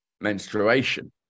menstruation